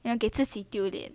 要给自己丢脸